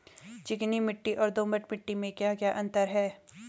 चिकनी मिट्टी और दोमट मिट्टी में क्या क्या अंतर है?